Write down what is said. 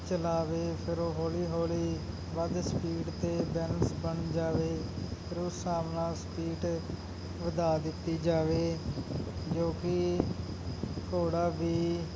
ਚਲਾਵੇ ਫਿਰ ਉਹ ਹੌਲੀ ਹੌਲੀ ਵੱਧ ਸਪੀਡ 'ਤੇ ਬੈਲਨਸ ਬਣ ਜਾਵੇ ਫਿਰ ਉਸ ਹਿਸਾਬ ਨਾਲ ਸਪੀਟ ਵਧਾ ਦਿੱਤੀ ਜਾਵੇ ਜੋ ਕਿ ਘੋੜਾ ਵੀ